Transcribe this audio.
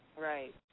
Right